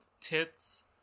tits